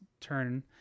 turn